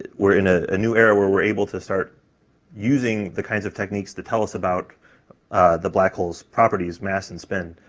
we're in a ah new era where we're able to start using the kinds of techniques to tell us about the black hole's properties, mass and spin,